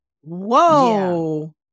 Whoa